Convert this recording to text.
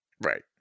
Right